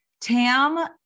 Tam